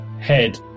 head